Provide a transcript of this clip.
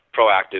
proactive